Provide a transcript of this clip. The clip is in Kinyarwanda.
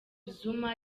zuma